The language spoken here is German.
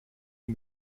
sie